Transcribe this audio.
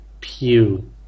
Pew